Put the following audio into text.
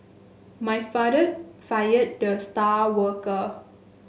my father fired the star worker